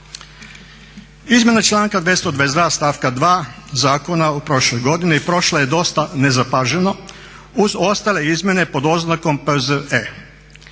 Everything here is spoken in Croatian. Izmjena članka 222.stavka 2.zakona u prošloj godini prošla je dosta nezapaženo uz ostale izmjene pod oznakom P.Z.E.